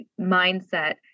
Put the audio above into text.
mindset